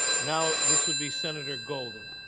now this would be senator golden,